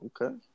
Okay